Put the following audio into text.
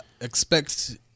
Expect